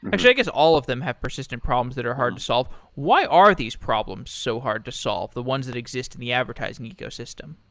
i guess all of them have persistent problems that are hard to solve. why are these problems so hard to solve, the ones that exist in the advertising ecosystem?